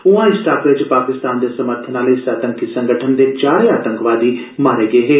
उआं इस टाकरे च पाकिस्तान दे समर्थन आले इस आतंकी संगठन दे चारे आतंकवादी मारे गे हे